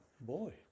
boy